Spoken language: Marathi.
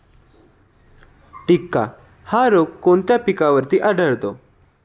टिक्का हा रोग कोणत्या पिकावर आढळतो?